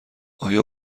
آیا